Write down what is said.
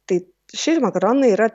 tai šie makaronai yra